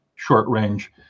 short-range